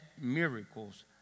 miracles